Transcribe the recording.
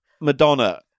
Madonna